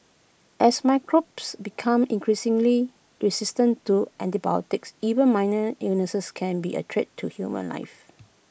as microbes become increasingly resistant to antibiotics even minor illnesses can be A threat to human life